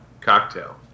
cocktail